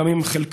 וגם אם חלקם,